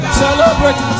celebrate